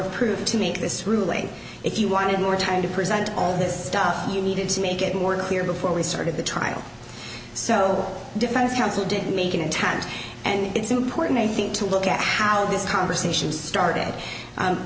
proof to make this ruling if you wanted more time to present all this stuff you needed to make it more clear before we started the trial so defense counsel didn't make an attempt and it's important i think to look at how this conversation started